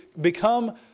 become